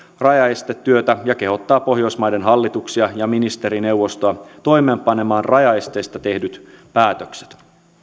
rajaestetyötä ja kehottaa pohjoismaiden hallituksia ja ministerineuvostoa toimeenpanemaan rajaesteistä tehdyt päätökset